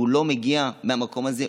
והוא לא מגיע מהמקום הזה,